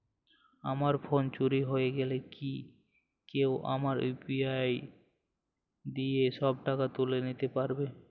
আমার ফোন চুরি হয়ে গেলে কি কেউ আমার ইউ.পি.আই দিয়ে সব টাকা তুলে নিতে পারবে?